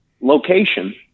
location